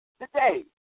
today